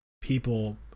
people